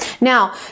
now